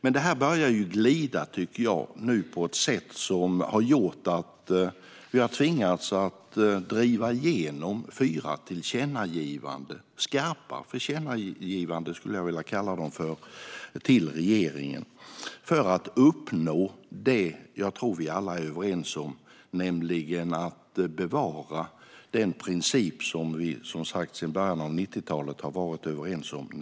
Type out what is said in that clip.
Men nu börjar detta glida på ett sätt som har gjort att vi har tvingats driva igenom fyra skarpa tillkännagivanden till regeringen för att uppnå det jag tror att vi alla är överens om: att bevara den princip om frihet under ansvar som vi som sagt sedan början av 90-talet har varit överens om.